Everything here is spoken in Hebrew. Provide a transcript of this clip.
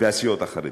והסיעות החרדיות.